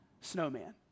snowman